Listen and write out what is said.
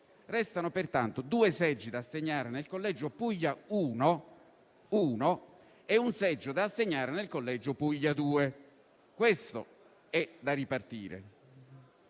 Restano, pertanto, due seggi da assegnare nel collegio Puglia 01 e un seggio da assegnare nel collegio Puglia 02». Questo è da ripartire.